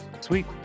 Sweet